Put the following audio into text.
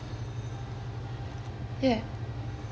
ya